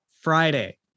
Friday